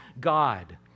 God